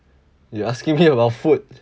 you asking me about food